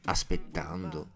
Aspettando